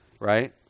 Right